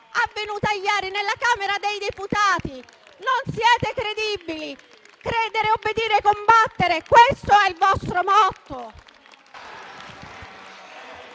avvenuta ieri alla Camera dei deputati. Non siete credibili. Credere, obbedire, combattere: questo è il vostro motto.